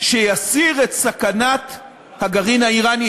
שיסיר את סכנת הגרעין האיראני,